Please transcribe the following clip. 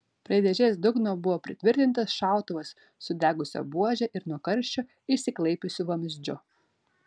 prie dėžės dugno buvo pritvirtintas šautuvas sudegusia buože ir nuo karščio išsiklaipiusiu vamzdžiu